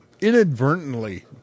Inadvertently